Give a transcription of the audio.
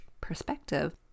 perspective